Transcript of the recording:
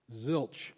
Zilch